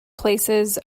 places